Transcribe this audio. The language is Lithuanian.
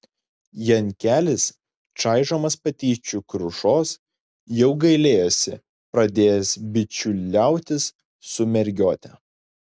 jankelis čaižomas patyčių krušos jau gailėjosi pradėjęs bičiuliautis su mergiote